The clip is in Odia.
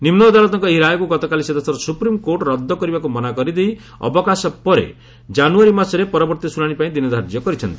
ନିମ୍ବ ଅଦାଲତଙ୍କ ଏହି ରାୟକୁ ଗତକାଲି ସେ ଦେଶର ସୁପ୍ରିମେକୋର୍ଟ ରଦ୍ଦ କରିବାକୁ ମନା କରିଦେଇ ଅବକାଶ ପରେ ଜାନୁୟାରୀ ମାସରେ ପରବର୍ତ୍ତୀ ଶ୍ରୁଣାଣି ପାଇଁ ଦିନ ଧାର୍ଯ୍ୟ କରିଛନ୍ତି